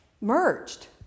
merged